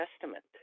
Testament